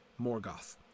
Morgoth